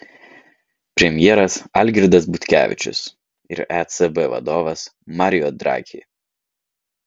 premjeras algirdas butkevičius ir ecb vadovas mario draghi